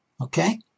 Okay